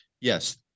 yes